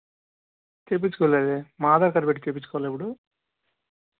చేయించుకోలేదు మా ఆధార్ కార్డ్ పెట్టి చేయించుకోవాలి ఇప్పుడు